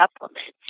supplements